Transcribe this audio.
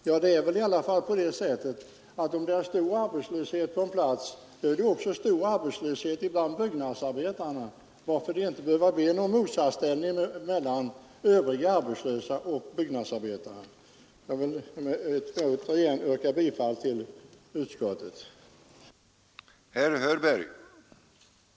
Men det är väl ändå så, att om man har stor arbetslöshet på en ort, så är arbetslösheten stor också bland byggnadsarbetarna, och därför behöver det inte bli någon motsatsställning mellan övriga arbetslösa och arbetslösa byggnadsarbetare. Herr talman! Jag vidhåller mitt yrkande om bifall till utskottets hemställan.